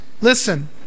Listen